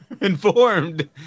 informed